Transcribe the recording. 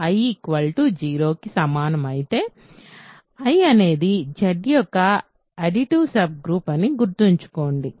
I 0 కి సమానం అయితే I అనేది Z యొక్క అడిటివ్ సబ్ గ్రూప్ అని గుర్తుంచుకోండి